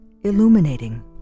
illuminating